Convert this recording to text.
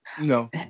No